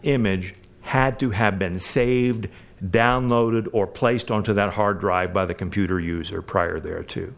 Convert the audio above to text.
image had to have been saved downloaded or placed onto that hard drive by the computer user prior there too